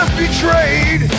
betrayed